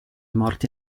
morti